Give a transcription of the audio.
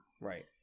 Right